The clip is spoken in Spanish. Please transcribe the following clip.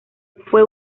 fue